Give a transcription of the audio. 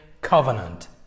Covenant